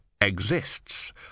exists